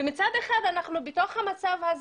מצד אחד אנחנו בתוך המצב הזה,